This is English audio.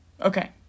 Okay